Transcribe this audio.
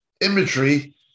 imagery